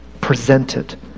presented